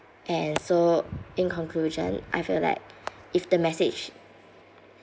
and so in conclusion I feel that if the message